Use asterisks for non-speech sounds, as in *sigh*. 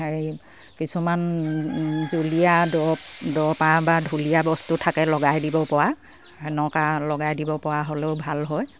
হেৰি কিছুমান জুলীয়া *unintelligible* বস্তু থাকে লগাই দিব পৰা হেনেকা লগাই দিব পৰা হ'লেও ভাল হয়